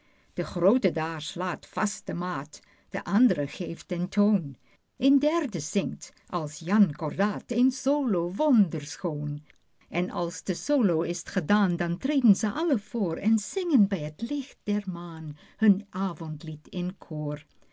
die groote daar slaat vast de maat die and're geeft den toon een derde zingt als jan kordaat een solo wonderschoon en als die solo is gedaan dan treden ze alle voor en zingen bij het licht der maan hun avondlied in koor